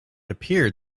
appeared